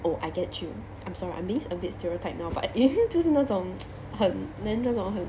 oh I get you I'm sorry I mean is a bit stereotype now but isn't 就是那种很 man 那种很